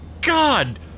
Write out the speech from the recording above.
God